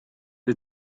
the